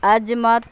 عظمت